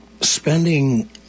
spending